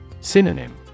Synonym